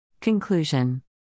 Conclusion